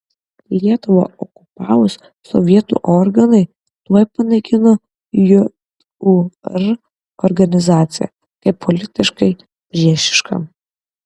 lietuvą okupavus sovietų organai tuoj panaikino jūr organizaciją kaip politiškai priešišką